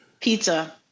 Pizza